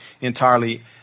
entirely